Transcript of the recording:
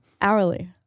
Hourly